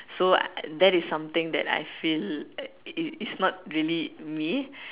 so I that is something that I feel it it's not really me